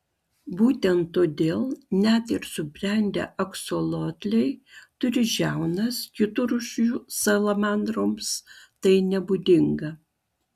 būtent todėl net ir subrendę aksolotliai turi žiaunas kitų rūšių salamandroms tai nebūdinga